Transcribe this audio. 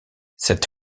cette